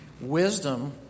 Wisdom